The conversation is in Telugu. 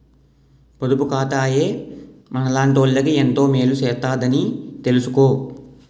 పొదుపు ఖాతాయే మనలాటోళ్ళకి ఎంతో మేలు సేత్తదని తెలిసుకో